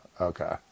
Okay